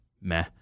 meh